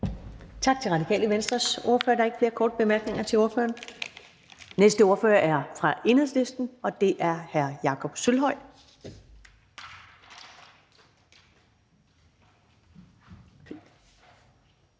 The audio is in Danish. Tak til Radikale Venstres ordfører. Der er ikke flere korte bemærkninger til ordføreren. Næste ordfører er fra Enhedslisten, og det er hr. Jakob Sølvhøj.